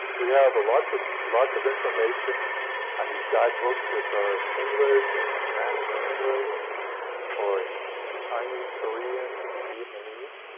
we have lots of lots of information on these guide books, which are in english or spanish and english or in chinese, korean, and vietnamese.